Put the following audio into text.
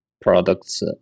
products